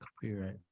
Copyright